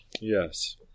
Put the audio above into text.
Yes